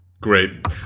Great